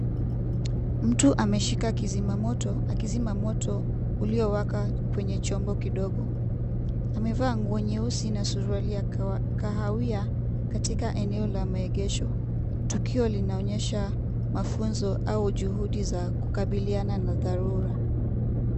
Mtu ameshika kizima moto akima moto uliowaka kwenye chombo kidogo. Amevaa nguo nyeusi na suruali ya kahawia katika eneo la maegesho. Tukio linaonyesha mafunzo au juhudi za kukabiliana na dharura.